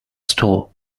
store